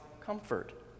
comfort